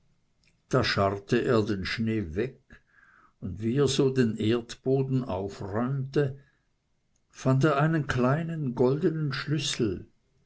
da scharrte er den schnee weg und wie er so den erdboden aufräumte fand er einen kleinen goldenen schlüssel